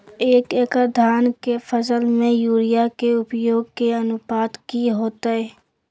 एक एकड़ धान के फसल में यूरिया के उपयोग के अनुपात की होतय?